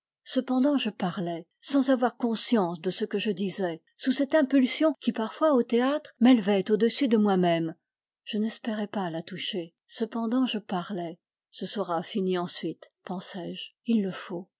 cependant je parlai sans avoir conscience de ce que je disais sous cette impulsion qui parfois au théâtre m'élevait audessus de moi-même je n'espérais pas la toucher cependant je parlais ce sera fini ensuite pensais-je il le faut